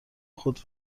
خود